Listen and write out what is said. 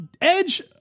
edge